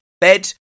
bed